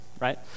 right